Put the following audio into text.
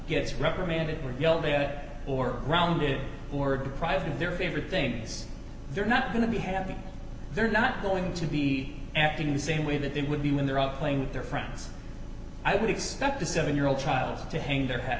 gets reprimanded or yelled at or grounded or deprived of their favorite things they're not going to be happy they're not going to be acting in the same way that they would be when they're out playing with their friends i would expect a seven year old child to hang their ha